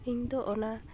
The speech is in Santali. ᱤᱧ ᱫᱚ ᱚᱱᱟ